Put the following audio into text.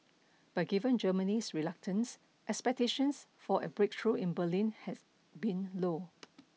but given Germany's reluctance expectations for a breakthrough in Berlin had been low